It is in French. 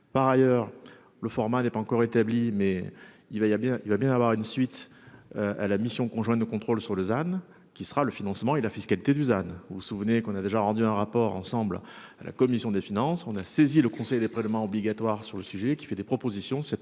Par ailleurs le format n'est pas encore établi, mais il va y a bien, il va bien avoir une suite. À la mission conjointe de contrôle sur Lausanne qui sera le financement et la fiscalité Dusan ou souvenez qu'on a déjà rendu un rapport ensemble à la commission des finances. On a saisi le Conseil des prélèvements obligatoires sur le sujet qui fait des propositions cette